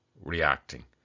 reacting